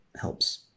helps